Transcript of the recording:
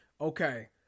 okay